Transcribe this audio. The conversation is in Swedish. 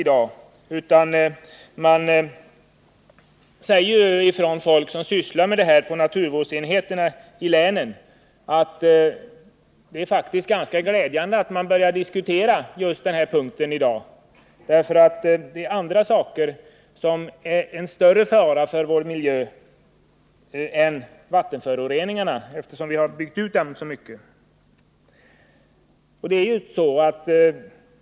Folk på länens naturvårdsenheter, som sysslar med detta, säger att det är glädjande att man börjar diskutera sådant som faktiskt utgör en större fara för vår miljö än vad vattenföroreningarna gör. På det senare området har redan mycket gjorts.